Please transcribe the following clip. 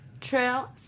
Trail